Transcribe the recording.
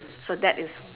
so that is